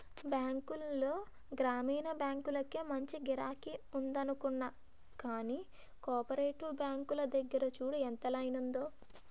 బాంకుల్లో గ్రామీణ బాంకులకే మంచి గిరాకి ఉందనుకున్నా గానీ, కోపరేటివ్ బాంకుల దగ్గర చూడు ఎంత లైనుందో?